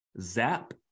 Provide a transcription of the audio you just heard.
zap